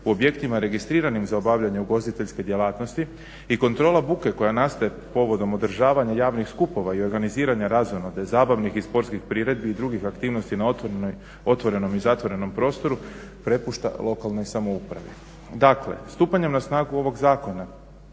u objektima registriranim za obavljanje ugostiteljske djelatnosti i kontrola buke koja nastaje povodom održavanja javnih skupova i organizirane razonode, zabavnih i sportskih priredbi i drugih aktivnosti na otvorenom i zatvorenom prostoru prepušta lokalnoj samoupravi. Dakle stupanjem na snagu ovog zakona